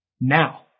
Now